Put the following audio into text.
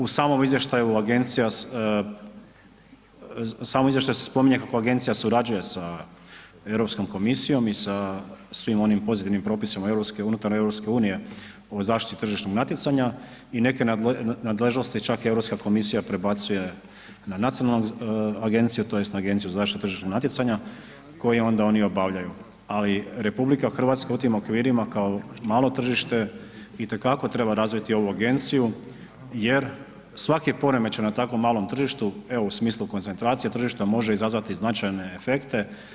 U samom izvještaju se spominje kako agencija surađuje sa Europskom komisijom i sa svim onim pozitivnim propisima unutar EU-a u zaštiti tržišnog natjecanja i neke nadležnosti čak Europska komisija prebacuje na nacionalnu agenciju tj. na Agenciju za zaštitu tržišnog natjecanja koje onda oni obavljaju ali RH u tim okvirima kao malo tržište, itekako treba razviti ovu agenciju jer svaki poremećaj na tako malom tržištu, evo u smislu koncentracije tržišta, može izazvati značajne efekte.